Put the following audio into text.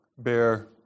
bear